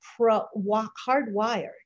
hardwired